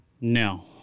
No